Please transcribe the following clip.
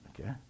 Okay